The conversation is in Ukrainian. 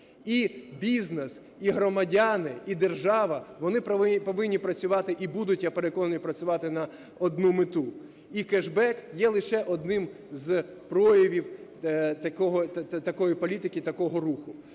і бізнес, і громадяни, і держава вони повинні працювати і будуть, я переконаний, працювати на одну мету. І кешбек – є лише одним з проявів такої політики і такого руху.